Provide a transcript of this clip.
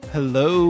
Hello